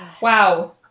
Wow